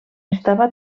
estava